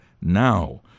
Now